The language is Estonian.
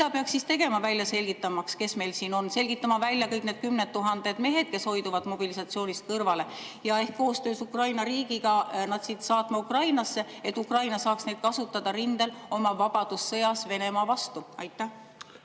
Mida peaks siis tegema, välja selgitamaks, kes meil siin on? Tuleks selgitada välja kõik need kümned tuhanded mehed, kes hoiduvad mobilisatsioonist kõrvale, ja koostöös Ukraina riigiga saata nad siit Ukrainasse, et Ukraina saaks neid kasutada rindel oma vabadussõjas Venemaa vastu. Kaja